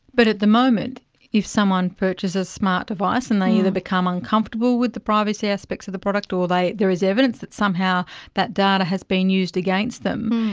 but at the moment if someone purchases a smart device and they either become uncomfortable with the privacy aspects of the product or like there is evidence that somehow that data has been used against them,